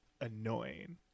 annoying